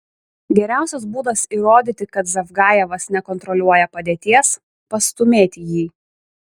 geriausias būdas įrodyti kad zavgajevas nekontroliuoja padėties pastūmėti jį